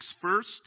first